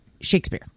shakespeare